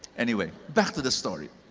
anyway, back to the story.